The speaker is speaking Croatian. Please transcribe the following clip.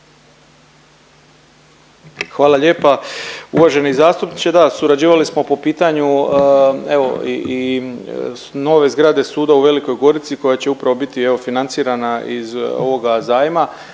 Hvala lijepa. Uvaženi zastupniče, da surađivali smo pitanju evo i nove zgrade suda u Velikoj Gorici koja će upravo biti evo financirana iz ovoga zajma.